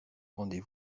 rendez